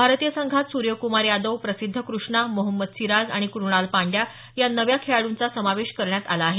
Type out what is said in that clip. भारतीय संघात सूर्यक्मार यादव प्रसिद्ध कृष्णा महंमद सिराज आणि क्रणाल पंड्या या नव्या खेळाड्रंचा समावेश करण्यात आला आहे